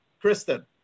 Kristen